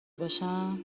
باشم